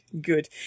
good